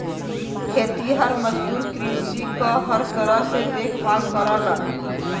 खेतिहर मजदूर कृषि क हर तरह से देखभाल करलन